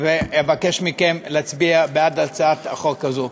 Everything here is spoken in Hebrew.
אבקש מכם להצביע בעד הצעת החוק הזו.